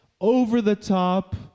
over-the-top